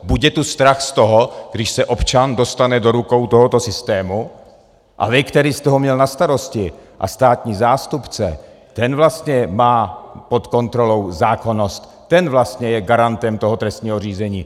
Buď je tu strach z toho, když se občan dostane do rukou tohoto systému a vy, který jste ho měl na starosti, a státní zástupce, ten vlastně má pod kontrolou zákonnost, ten vlastně je garantem toho trestního řízení.